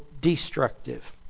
destructive